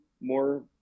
more